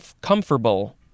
comfortable